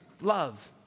love